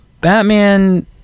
Batman